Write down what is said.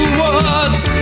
words